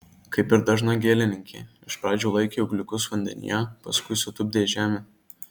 kaip ir dažna gėlininkė iš pradžių laikė ūgliukus vandenyje paskui sutupdė į žemę